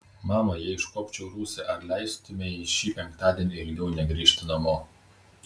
mama jeigu iškuopčiau rūsį ar leistumei šį penktadienį ilgiau negrįžti namo